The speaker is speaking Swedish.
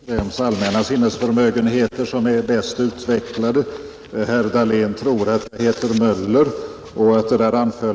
Herr talman! Man kan diskutera vems hörsel och vems allmänna sinnesförmögenheter som är bäst utvecklade. Herr Dahlén tror att jag heter Möller och att